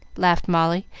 laughed molly,